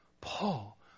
Paul